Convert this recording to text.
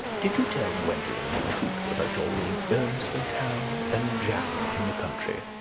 did you tell gwendolen the truth about your being ernest in town, and jack in the country?